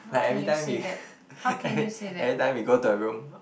like every time we every every time we go to her room